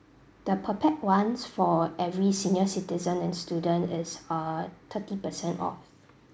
the per pax [one] for every senior citizen and student is uh thirty percent off